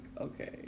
okay